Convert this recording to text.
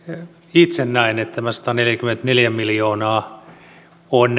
itse näen että tämä sataneljäkymmentäneljä miljoonaa on